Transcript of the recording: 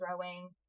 throwing